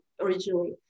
originally